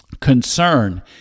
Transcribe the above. concern